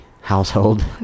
household